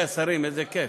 אופוזיציה כאן.